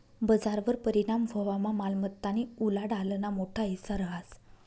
बजारवर परिणाम व्हवामा मालमत्तानी उलाढालना मोठा हिस्सा रहास